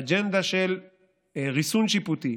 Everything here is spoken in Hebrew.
האג'נדה של ריסון שיפוטי,